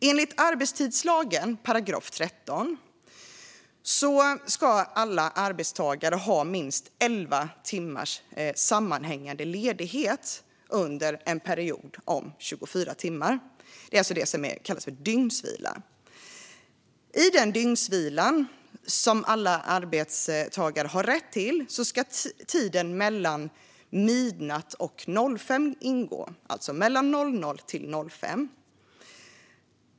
Enligt 13 § arbetstidslagen ska alla arbetstagare ha minst 11 timmars sammanhängande ledighet under en period om 24 timmar. Det är alltså det som kallas för dygnsvila. I den dygnsvilan, som alla arbetstagare har rätt till, ska tiden mellan 00.00 och 05.00 ingå.